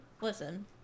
Listen